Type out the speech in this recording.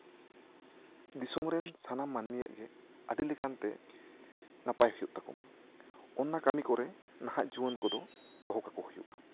ᱫᱤᱥᱚᱢ ᱨᱮᱱ ᱥᱟᱱᱟᱢ ᱢᱟᱹᱱᱢᱤᱭᱟᱜ ᱜᱮ ᱟᱹᱰᱤ ᱞᱮᱠᱟᱱ ᱛᱮ ᱱᱟᱯᱟᱭ ᱦᱩᱭᱩᱜᱼᱟ ᱚᱱᱟ ᱠᱟᱹᱢᱤ ᱠᱚᱨᱮᱜ ᱱᱟᱦᱟᱜ ᱡᱩᱣᱟᱹᱱ ᱠᱚᱫᱚ ᱫᱚᱦᱚ ᱠᱚᱠᱚ ᱦᱩᱭᱩᱜᱼᱟ